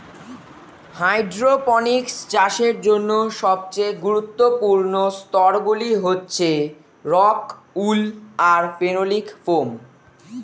hydroponics চাষের জন্য সবচেয়ে গুরুত্বপূর্ণ স্তরগুলি হচ্ছে রক্ উল আর ফেনোলিক ফোম